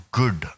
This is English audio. good